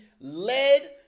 led